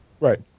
Right